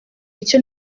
icyo